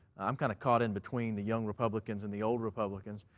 i'm kind of caught in between the young republicans and the old republicans.